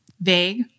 Vague